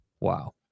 Wow